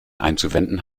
einzuwenden